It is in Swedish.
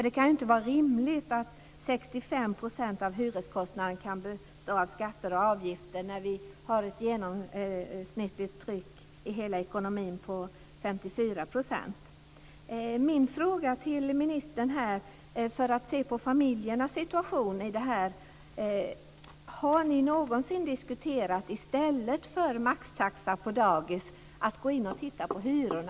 Det kan inte vara rimligt att 65 % av hyreskostnaden består av skatter och avgifter när det genomsnittliga trycket i hela ekonomin ligger på 54 %. Min fråga till ministern handlar om familjernas situation. Har ni någonsin diskuterat att i stället för att införa maxtaxa på dagis gå in och se över hyrorna?